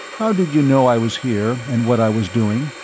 how did you know i was here and what i was doing?